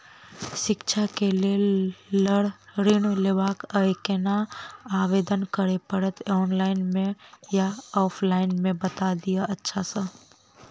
शिक्षा केँ लेल लऽ ऋण लेबाक अई केना आवेदन करै पड़तै ऑनलाइन मे या ऑफलाइन मे बता दिय अच्छा सऽ?